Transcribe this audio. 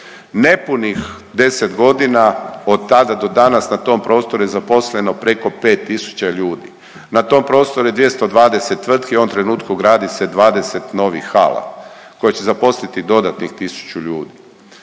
Nepunih 10 godina od tada do danas na tom prostoru je zaposleno preko 5 tisuća ljudi, na tom prostoru je 220 tvrtki, u ovom trenutku gradi se 20 novih hala koje će zaposliti dodatnih 1000 ljudi.